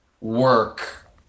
work